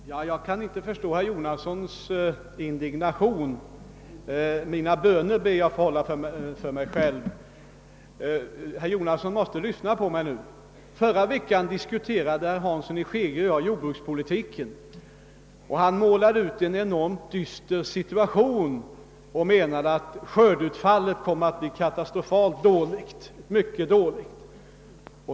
Herr talman! Jag kan inte förstå herr Jonassons indignation. Mina böner ber jag att få behålla för mig själv. Förra veckan diskuterade herr Hansson i Skegrie och jag jordbrukspolitiken, och han målade då upp en dyster situation och sade att skördeutfallet skulle komma att bli mycket dåligt.